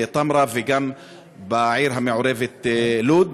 בתמרה וגם בעיר המעורבת לוד.